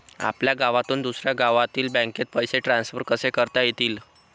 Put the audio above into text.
आपल्या गावातून दुसऱ्या गावातील बँकेत पैसे ट्रान्सफर कसे करता येतील?